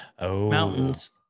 mountains